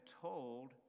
told